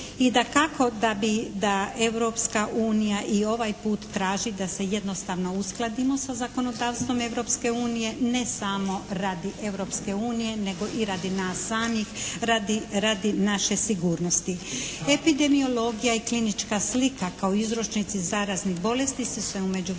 I dakako da bi, da Europska unija i ovaj put traži da se jednostavno uskladimo sa zakonodavstvom Europske unije, ne samo radi Europske unije nego i radi nas samih, radi naše sigurnosti. Epidemiologija i klinička slika kao uzročnici zaraznih bolesti su se u međuvremenu